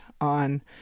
on